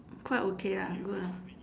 quite okay lah good ah